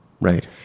right